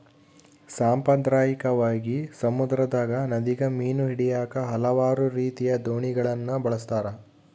ಸಾಂಪ್ರದಾಯಿಕವಾಗಿ, ಸಮುದ್ರದಗ, ನದಿಗ ಮೀನು ಹಿಡಿಯಾಕ ಹಲವಾರು ರೀತಿಯ ದೋಣಿಗಳನ್ನ ಬಳಸ್ತಾರ